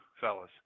fellas